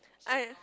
I